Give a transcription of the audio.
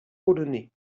polonais